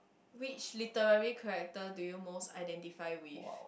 which literally character do you most identify with